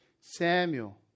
Samuel